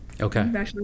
okay